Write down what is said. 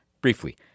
Briefly